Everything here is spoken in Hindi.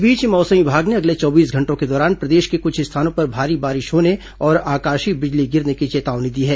इस बीच मौसम विभाग ने अगले चौबीस घंटों के दौरान प्रदेश के कुछ स्थानों पर भारी बारिश होने और आकाशीय बिजली गिरने की चेतावनी दी है